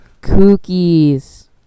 Cookies